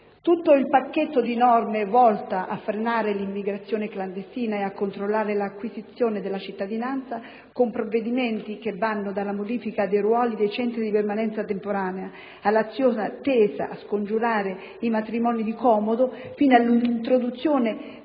Tutto il pacchetto di norme è volto a frenare l'immigrazione clandestina e a controllare l'acquisizione della cittadinanza con provvedimenti che vanno dalla modifica del ruolo dei centri di permanenza temporanea all'azione tesa a scongiurare i matrimoni di comodo, fino alla previsione